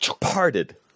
parted